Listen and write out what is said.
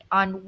on